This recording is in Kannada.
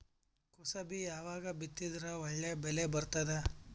ಕುಸಬಿ ಯಾವಾಗ ಬಿತ್ತಿದರ ಒಳ್ಳೆ ಬೆಲೆ ಬರತದ?